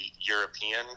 European